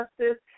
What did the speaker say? Justice